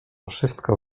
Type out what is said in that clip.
wszystko